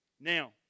Now